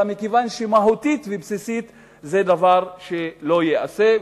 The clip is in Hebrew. אלא מכיוון שמהותית ובסיסית זה דבר שלא ייעשה.